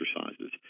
exercises